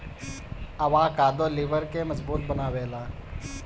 avocado लिबर के मजबूत बनावेला